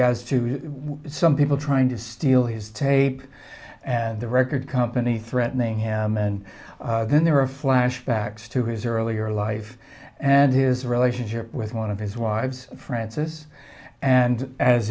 as to some people trying to steal his tape and the record company threatening him and then there are flashbacks to his earlier life and his relationship with one of his wives francis and as